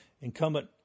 incumbent